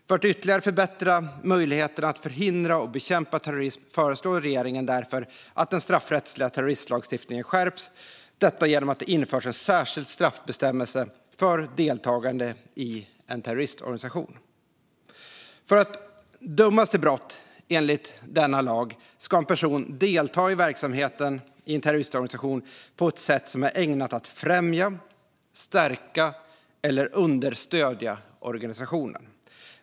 För att ytterligare förbättra möjligheterna att förhindra och bekämpa terrorism föreslår regeringen därför att den straffrättsliga terroristlagstiftningen skärps - detta genom att det införs en särskild straffbestämmelse för deltagande i en terroristorganisation. För att kunna dömas för brott enligt denna lag ska en person delta i verksamheten i en terroristorganisation på ett sätt som är ägnat att främja, stärka eller understödja organisationen.